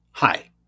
Hi